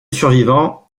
survivant